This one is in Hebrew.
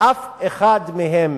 אף אחד מהם,